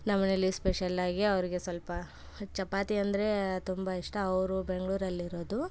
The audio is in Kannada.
ನಮ್ಮ ಮನೆಯಲ್ಲಿ ಸ್ಪೆಷಲ್ಲಾಗಿ ಅವ್ರಿಗೆ ಸ್ವಲ್ಪ ಚಪಾತಿ ಅಂದರೆ ತುಂಬ ಇಷ್ಟ ಅವರು ಬೆಂಗಳೂರಲ್ಲಿರೋದು